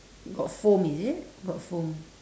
got foam is it got foam